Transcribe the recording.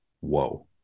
Whoa